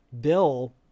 Bill